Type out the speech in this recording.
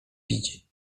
widzi